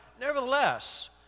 nevertheless